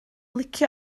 licio